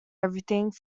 everything